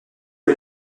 est